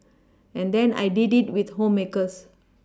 and then I did it with homemakers